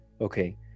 Okay